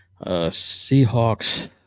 Seahawks